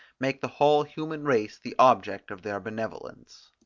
make the whole human race the object of their benevolence.